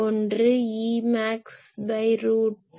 ஒன்று Emaxரூட்2